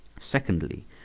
Secondly